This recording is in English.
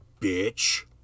Bitch